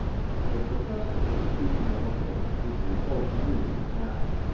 the professor was speaking of a man whom we both knew in town,